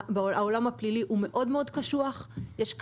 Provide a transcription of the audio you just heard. העולם הפלילי הוא מאוד מאוד קשוח, יש כללים.